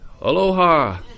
Aloha